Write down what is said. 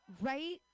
right